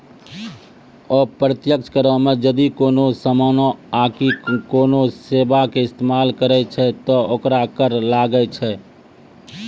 अप्रत्यक्ष करो मे जदि कोनो समानो आकि कोनो सेबा के इस्तेमाल करै छै त ओकरो कर लागै छै